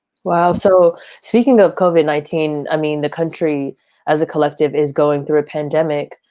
well, so speaking of covid nineteen, i mean, the country as a collective is going through a pandemic.